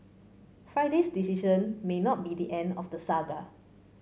Friday's decision may not be the end of the saga